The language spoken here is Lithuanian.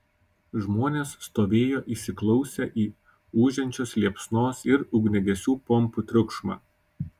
žmonės stovėjo įsiklausę į ūžiančios liepsnos ir ugniagesių pompų triukšmą